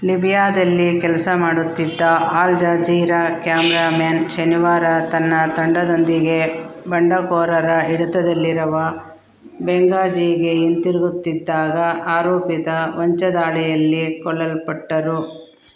ಲಿಬಿಯಾದಲ್ಲಿ ಕೆಲಸ ಮಾಡುತ್ತಿದ್ದ Al Jazeera cameramen ಶನಿವಾರ ತನ್ನ ತಂಡದೊಂದಿಗೆ ಬಂಡುಕೋರರ ಹಿಡಿತದಲ್ಲಿರುವ ಬೆಂಗಾಝಿಗೆ ಹಿಂತಿರುಗುತ್ತಿದ್ದಾಗ ಆರೋಪಿತ ಹೊಂಚುದಾಳಿಯಲ್ಲಿ ಕೊಲ್ಲಲ್ಪಟ್ಟರು